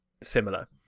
similar